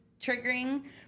triggering